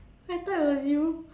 I thought it was you